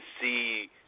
see